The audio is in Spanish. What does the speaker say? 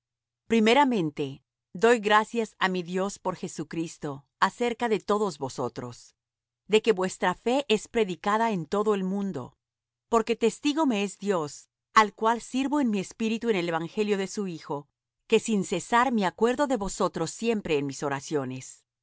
primeramente doy gracias á mi dios por jesucristo acerca de todos vosotros de que vuestra fe es predicada en todo el mundo porque testigo me es dios al cual sirvo en mi espíritu en el evangelio de su hijo que sin cesar me acuerdo de vosotros siempre en mis oraciones